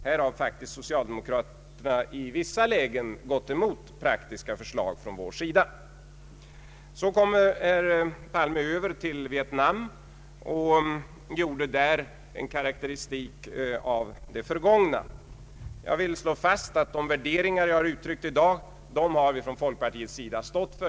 Här har faktiskt socialdemokraterna i vissa lägen gått emot praktiska förslag från vår sida. Så kommer herr Palme över till Vietnam. Han gjorde då en karakteristik över det förgångna. Jag vill slå fast att folkpartiet står för de värderingar jag har uttryckt i dag.